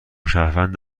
شهروند